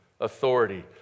authority